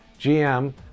GM